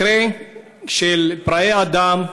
מקרה של פראי אדם,